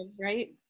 Right